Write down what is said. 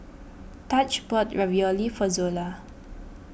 Taj bought Ravioli for Zola